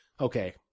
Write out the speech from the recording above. Okay